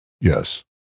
yes